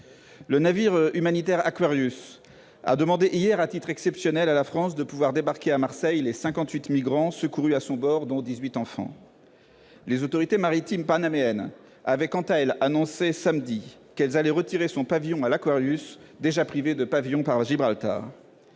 le navire humanitaire a demandé hier à la France, « à titre exceptionnel », de pouvoir débarquer à Marseille les 58 migrants secourus à son bord, dont 18 enfants. Les autorités maritimes panaméennes ont annoncé samedi qu'elles allaient retirer son pavillon à l', déjà privé de pavillon par Gibraltar,